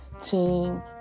Team